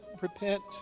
repent